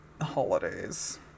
holidays